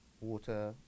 water